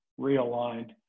realigned